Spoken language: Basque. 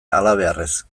halabeharrez